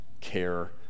care